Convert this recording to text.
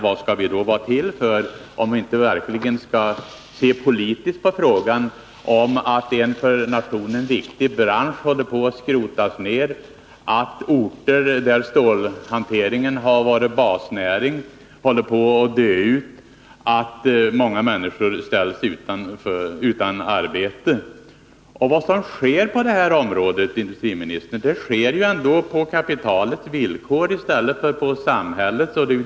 Vad skall vi då vara till för, om vi inte skall se politiskt på frågan om att en för nationen viktig bransch håller på att skrotas ned, att orter där stålhanteringen har varit en basnäring håller på att dö ut, att många människor ställs utan arbete? Vad som sker på detta område, industriministern, sker på kapitalets i stället för på samhällets villkor.